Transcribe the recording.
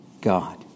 God